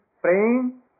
praying